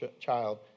child